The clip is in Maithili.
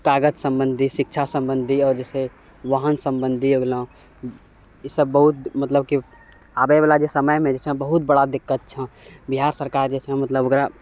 तागत सम्बन्धी शिक्षा सम्बन्धी आओर जइसे वाहन सम्बन्धी हो गेलऽ ईसब बहुत मतलब कि आबैवला समयमे जे छै बहुत बड़ा दिक्कत छऽ बिहार सरकार जे छऽ मतलब ओकरा